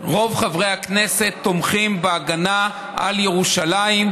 רוב חברי הכנסת תומכים בהגנה על ירושלים,